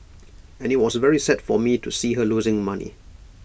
and IT was very sad for me to see her losing money